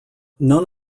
none